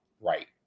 right